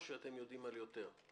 או שאתם יודעים על יותר?